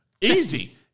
Easy